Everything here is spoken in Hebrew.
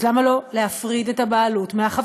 אז למה לא להפריד את הבעלות מהחברות?